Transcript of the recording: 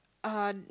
uh